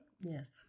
yes